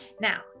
now